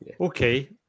Okay